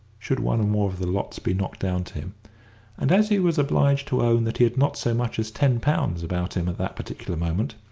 should one or more of the lots be knocked down to him and, as he was obliged to own that he had not so much as ten pounds about him at that particular moment,